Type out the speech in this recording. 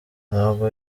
ntabwo